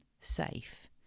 safe